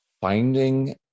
finding